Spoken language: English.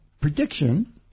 Prediction